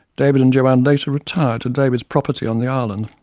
david and joanne later retired to david's property on the island.